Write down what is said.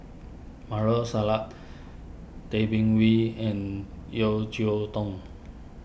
Maarof Salleh Tay Bin Wee and Yeo Cheow Tong